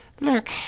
Look